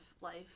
life